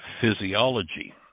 physiology